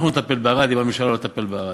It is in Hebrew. אנחנו נטפל בערד אם הממשלה לא תטפל בערד.